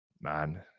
man